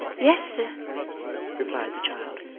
yes, sir replied the child.